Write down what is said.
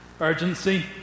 urgency